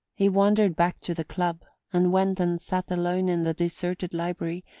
he wandered back to the club, and went and sat alone in the deserted library,